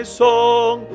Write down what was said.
song